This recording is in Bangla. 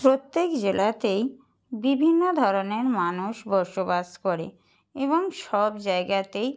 প্রত্যেক জেলাতেই বিভিন্ন ধরনের মানুষ বসবাস করে এবং সব জায়গাতেই